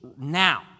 now